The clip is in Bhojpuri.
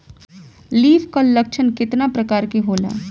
लीफ कल लक्षण केतना परकार के होला?